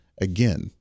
again